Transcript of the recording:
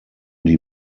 die